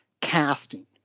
casting